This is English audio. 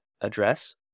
address